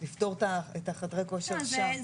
לפטור את חדרי הכושר שם.